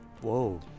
Whoa